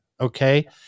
okay